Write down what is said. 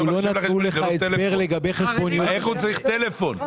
הוא לא צריך טלפון.